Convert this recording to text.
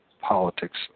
politics